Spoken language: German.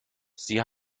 sie